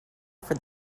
for